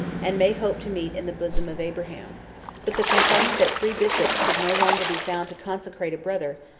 and may hope to meet in the bosom of abraham but the complaint that three bishops could no longer be found to consecrate a brother,